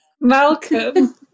Malcolm